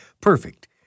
perfect